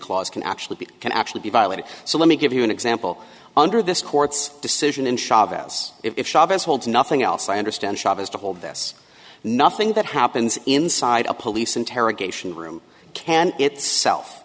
clause can actually be can actually be violated so let me give you an example under this court's decision in chavez if chavez holds nothing else i understand chavez to hold this nothing that happens inside a police interrogation room can itself